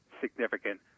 significant